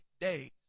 days